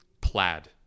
Plaid